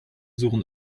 suchen